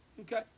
Okay